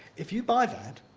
if you buy that,